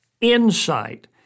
insight